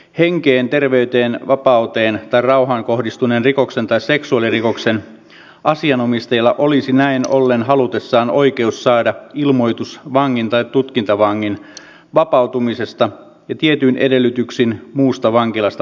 henkeen terveyteen vapauteen tai rauhaan kohdistuneen rikoksen tai seksuaalirikoksen asianomistajalla olisi näin ollen halutessaan oikeus saada ilmoitus vangin tai tutkintavangin vapautumisesta ja tietyin edellytyksin muusta vankilasta poistumisesta